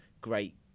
great